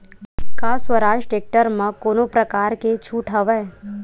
का स्वराज टेक्टर म कोनो प्रकार के छूट हवय?